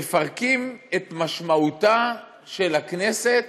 מפרקים את משמעותה של הכנסת